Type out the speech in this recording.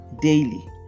daily